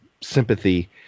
sympathy